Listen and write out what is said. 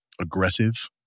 aggressive